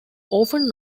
often